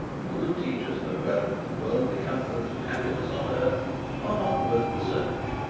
who would teach us that wealth and worldly comfort and happiness on earth are not worth the search.